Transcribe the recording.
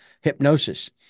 hypnosis